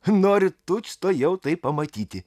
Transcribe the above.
noriu tučtuojau tai pamatyti